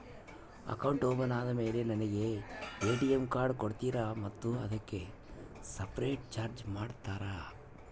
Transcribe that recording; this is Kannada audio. ಅಕೌಂಟ್ ಓಪನ್ ಆದಮೇಲೆ ನನಗೆ ಎ.ಟಿ.ಎಂ ಕಾರ್ಡ್ ಕೊಡ್ತೇರಾ ಮತ್ತು ಅದಕ್ಕೆ ಸಪರೇಟ್ ಚಾರ್ಜ್ ಮಾಡ್ತೇರಾ?